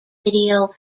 video